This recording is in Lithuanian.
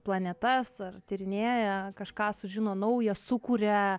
planetas ar tyrinėja kažką sužino naujo sukuria